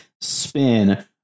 spin